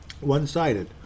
One-sided